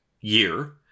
year